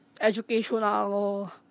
educational